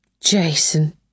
Jason